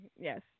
yes